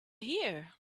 here